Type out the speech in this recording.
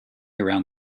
around